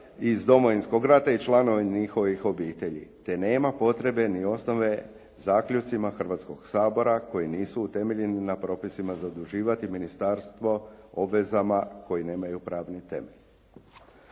iz Domovinskog rata i članova njihovih obitelji, te nema potrebe ni osnove zaključcima Hrvatskoga sabora koji nisu utemeljeni na propisima zaduživati ministarstvo obvezama koje nemaju pravni temelj.